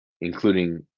including